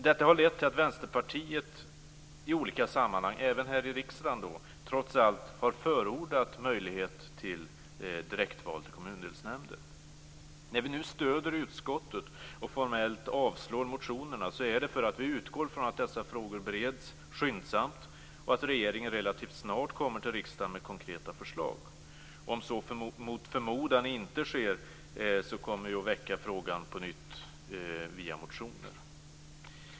Detta har lett till att Vänsterpartiet i olika sammanhang, även här i riksdagen, trots allt har förordat möjlighet till direktval till kommundelsnämnder. När vi nu stöder utskottsmajoriteten och formellt avstyrker motionerna är det för att vi utgår från att dessa frågor bereds skyndsamt och att regeringen relativt snart kommer till riksdagen med konkreta förslag. Om så mot förmodan inte sker kommer jag att väcka frågan på nytt via motioner.